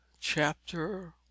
Chapter